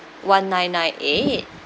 one nine nine eight